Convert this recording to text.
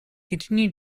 continued